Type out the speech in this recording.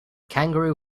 kangaroo